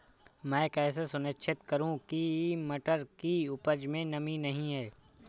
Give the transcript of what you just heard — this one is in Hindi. मैं कैसे सुनिश्चित करूँ की मटर की उपज में नमी नहीं है?